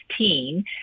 16